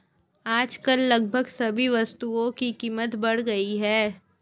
आजकल लगभग सभी वस्तुओं की कीमत बढ़ गई है